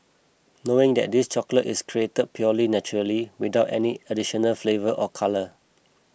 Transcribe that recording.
knowing that this chocolate is created purely naturally without any additional flavour or colour